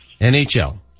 NHL